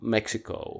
Mexico